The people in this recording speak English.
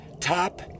top